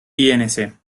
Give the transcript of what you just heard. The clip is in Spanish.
inc